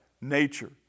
nature